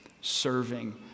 serving